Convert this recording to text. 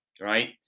right